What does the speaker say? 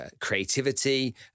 creativity